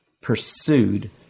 pursued